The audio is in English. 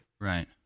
Right